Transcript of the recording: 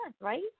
right